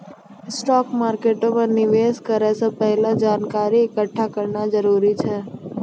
stock मार्केटो मे निवेश करै से पहिले जानकारी एकठ्ठा करना जरूरी छै